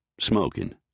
Smoking